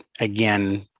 again